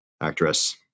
Actress